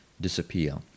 disappear